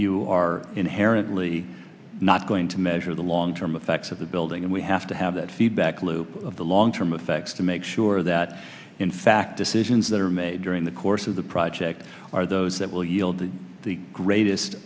you are inherently not going to measure the long term effects of the building and we have to have that feedback loop of the long term effects to make sure that in fact decisions that are made during the course of the project are those that will yield the greatest